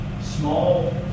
small